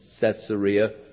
Caesarea